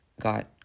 got